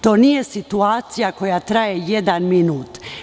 To nije situacija koja traje jedan minut.